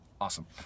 awesome